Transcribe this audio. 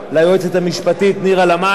ליועצת המשפטית נירה לאמעי,